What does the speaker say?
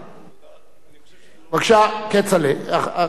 בבקשה, כצל'ה, חבר הכנסת.